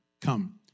Come